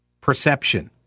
perception